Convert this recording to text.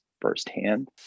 firsthand